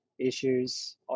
issues